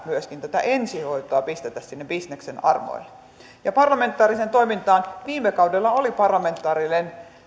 myöskin tätä ensihoitoa pistetä sinne bisneksen armoille parlamentaariseen toimintaan viime kaudella oli parlamentaarinen